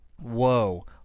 Whoa